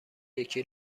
یکی